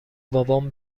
بابام